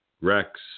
Rex